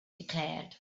declared